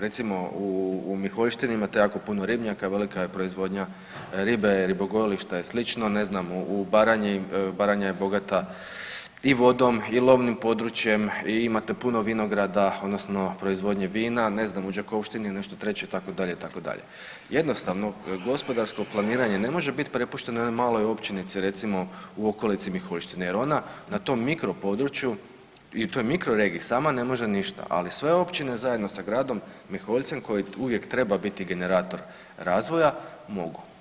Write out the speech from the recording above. Recimo u Miholjštini imate jako puno ribnjaka, velika je proizvodnja ribe, ribogojilišta i sl. ne znam u Baranji, Baranja je bogata i vodom i lovnim područjem i imate puno vinograda odnosno proizvodnje vina, ne znam u Đakovštini je nešto treće itd., itd. jednostavno gospodarsko planiranje ne može biti prepušteno jednoj maloj općinici recimo u okolici Miholjštine jer ona na tom mikro području i toj mikroregiji sama ne može ništa, ali sve općine zajedno sa gradom Miholjcem koji uvijek treba biti generator razvoja mogu.